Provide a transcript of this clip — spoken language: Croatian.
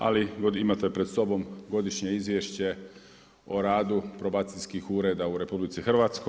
Ali imate pred sobom Godišnje izvješće o radu probacijskih ureda u RH.